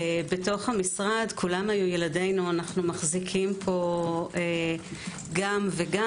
בתוך המשרד כולם היו ילדינו אנו מחזיקים פה גם וגם.